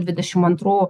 dvidešimt antrų